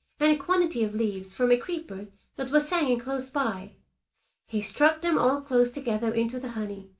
and a quantity of leaves from a creeper that was hanging close by he stuck them all close together into the honey,